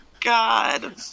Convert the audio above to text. god